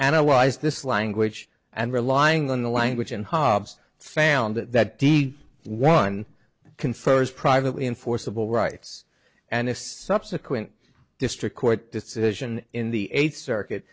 analyzed this language and relying on the language and hobbs found that the one confers privately enforceable rights and his subsequent district court decision in the eighth circuit